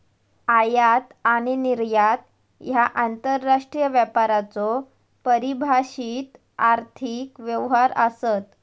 आयात आणि निर्यात ह्या आंतरराष्ट्रीय व्यापाराचो परिभाषित आर्थिक व्यवहार आसत